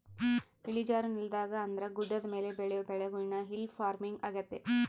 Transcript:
ಇಳಿಜಾರು ನೆಲದಾಗ ಅಂದ್ರ ಗುಡ್ಡದ ಮೇಲೆ ಬೆಳಿಯೊ ಬೆಳೆಗುಳ್ನ ಹಿಲ್ ಪಾರ್ಮಿಂಗ್ ಆಗ್ಯತೆ